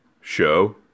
show